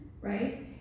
right